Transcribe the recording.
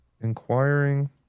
inquiring